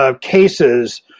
cases